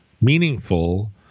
meaningful